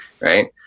Right